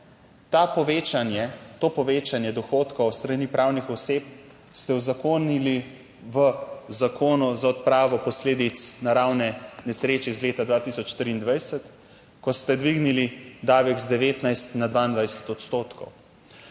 to povečanje dohodkov s strani pravnih oseb ste uzakonili v Zakonu za odpravo posledic naravne nesreče iz leta 2023, ko ste dvignili davek z 19 na 22 odstotkov.